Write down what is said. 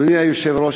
אדוני היושב-ראש,